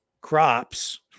crops